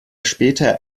später